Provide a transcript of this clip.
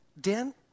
Dan